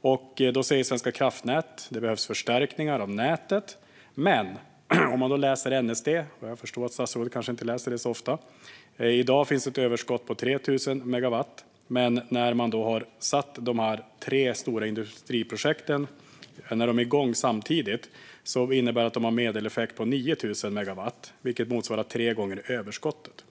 och då säger Svenska kraftnät att det behövs förstärkningar av nätet. I NSD kan man läsa - statsrådet kanske inte läser den särskilt ofta - att det i dag finns ett överskott på 3 000 megawatt. När de tre stora industriprojekten är igång samtidigt har de dock en medeleffekt på 9 000 megawatt, vilket motsvarar tre gånger överskottet.